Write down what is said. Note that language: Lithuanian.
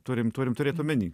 turim turim turėt omeny